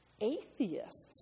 atheists